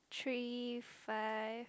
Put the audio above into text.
three five